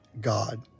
God